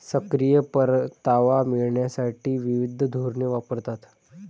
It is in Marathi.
सक्रिय परतावा मिळविण्यासाठी विविध धोरणे वापरतात